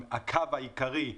הקו העיקרי,